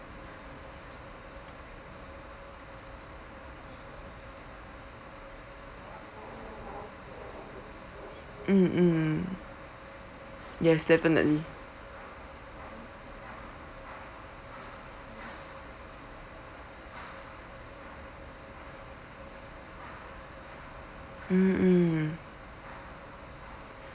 mm mm yes definitely mm mm